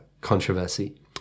controversy